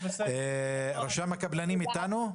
נציג רשם הקבלנים נמצא אתנו?